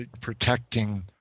protecting